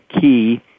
Key